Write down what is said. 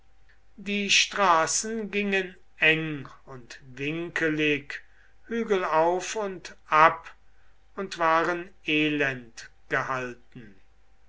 die straßen gingen eng und winkelig hügel auf und ab und waren elend gehalten